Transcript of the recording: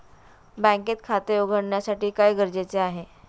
बँकेत खाते उघडण्यासाठी काय गरजेचे आहे?